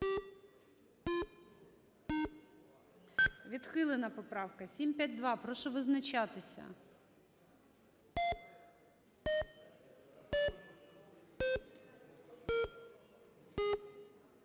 Відхилена поправка. 752-а. Прошу визначатися.